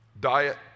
Diet